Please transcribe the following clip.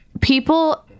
people